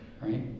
right